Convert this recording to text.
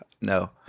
no